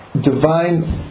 divine